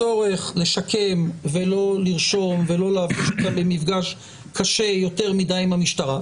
הצורך לשקם ולא לרשום ולא להביא אותם למפגש קשה יותר מדי עם המשטרה.